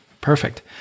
perfect